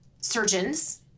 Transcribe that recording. surgeons